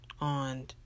on